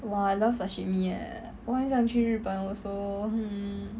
!wah! I love sashimi eh 我很想去日本 also